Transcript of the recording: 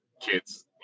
kids